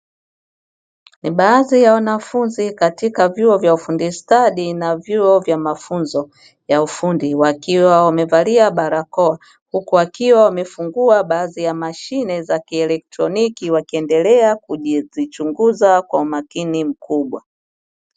Baadhi ya wanafunzi katika vyuo vya ufundi stadi na vyuo vya mafunzo ya ufundi, wakiwa wamevalia barakoa huku wakiwa wamefungua baadhi ya mashine za kielektroniki wakiendelea kuzichunguza kwa umakini mkubwa.